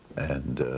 and